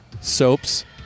Soaps